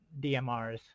DMRs